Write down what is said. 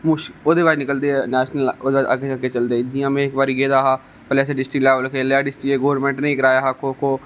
ओहदे बाद निकलदे नेशनल लेबल इक बारी गेदा हा आसे डिस्ट्रिक्ट लेबल खेलेआ गोर्बमेंट ने गै करवाया हा खो खो